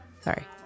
sorry